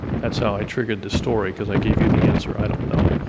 that's how i treated the story because i gave you the answer i don't know.